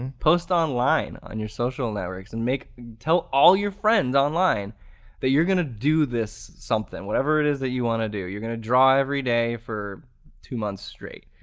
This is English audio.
and post online on your social networks and tell all your friends online that you're gonna do this something, whatever it is that you want to do, you're gonna draw every day for two months straight.